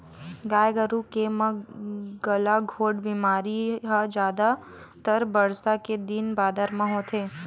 गाय गरु के म गलाघोंट बेमारी ह जादातर बरसा के दिन बादर म होथे